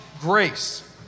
grace